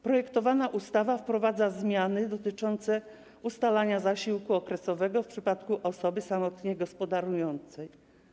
Projektowana ustawa wprowadza zmiany dotyczące ustalania zasiłku okresowego w przypadku osoby samotnie gospodarującej.